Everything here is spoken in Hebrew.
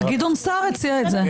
אבל גדעון סער הציע את זה.